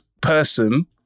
person